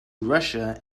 russia